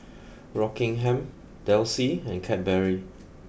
Rockingham Delsey and Cadbury